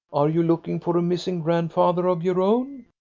are you looking for a missing grandfather of your own?